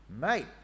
mate